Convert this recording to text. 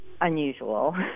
unusual